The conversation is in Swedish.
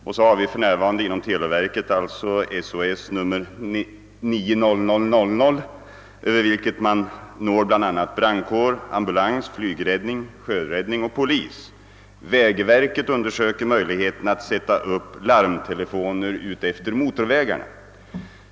För närvarande finns inom televerket SOS-numret 90 000 över vilket man når brandkår, ambu lans, flygräddning, sjöräddning och J d dd polis. Vägverket undersöker dessutom möjligheten att sätta upp larmtelefoner utefter motorvägarna.